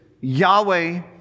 Yahweh